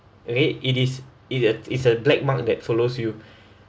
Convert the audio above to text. eh it is it a it's a black mark that follows you